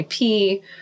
IP